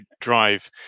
drive